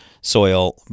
soil